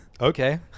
Okay